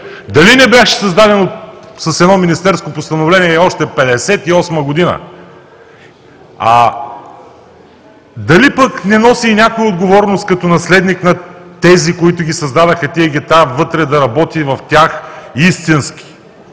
Дали не беше създадено с едно Министерско постановление още 1958 г.? Дали пък не носи и някой отговорност като наследник на тези, които създадоха тези гета, вътре да работи в тях истински?